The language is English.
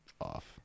off